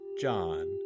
John